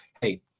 hey